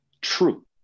true